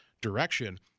direction